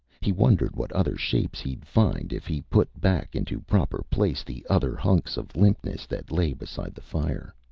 he wondered what other shapes he'd find if he put back into proper place the other hunks of limpness that lay beside the fire.